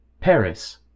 Paris